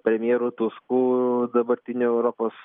premjeru tusku dabartinė europos